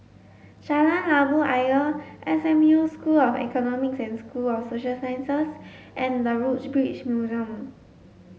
Jalan Labu Ayer S M U School of Economics and School of Social Sciences and The Woodbridge Museum